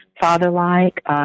father-like